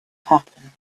happen